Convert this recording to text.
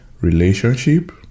relationship